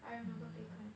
I remember bacon